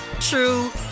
true